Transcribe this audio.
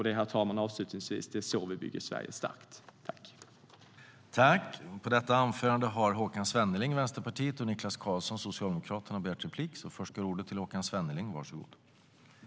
Det är så vi bygger Sverige starkt, herr talman.